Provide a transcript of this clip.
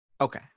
Okay